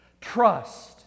trust